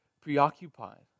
preoccupied